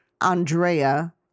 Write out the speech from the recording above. Andrea